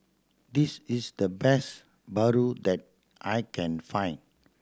this is the best paru that I can find